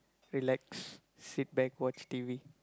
relax sit back watch T_V